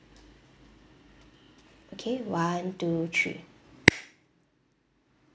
okay one two three